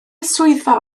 swyddfa